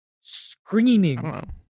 screaming